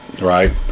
right